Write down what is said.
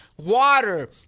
water